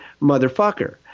motherfucker